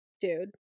Dude